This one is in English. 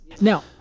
now